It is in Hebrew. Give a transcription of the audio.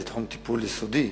זה לתחום טיפול יסודי.